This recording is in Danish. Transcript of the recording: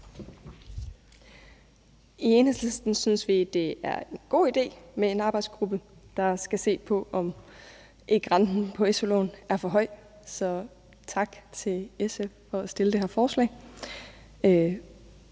I Enhedslisten synes vi, det er en god idé med en arbejdsgruppe, der skal se på, om ikke renten på su-lån er for høj, så tak til SF for at have fremsat det her forslag.